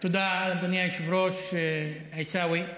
תודה, אדוני היושב-ראש עיסאווי.